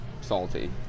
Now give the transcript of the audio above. salty